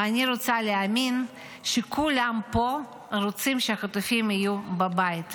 ואני רוצה להאמין שכולם פה רוצים שהחטופים יהיו בבית,